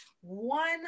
one